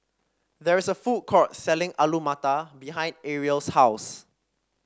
there is a food court selling Alu Matar behind Arielle's house